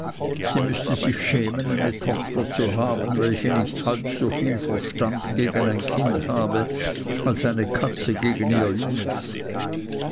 sie müßte sich schämen eine tochter zu haben welche nicht halb so viel verstand gegen ein kind habe als eine katze gegen ihr junges